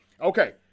Okay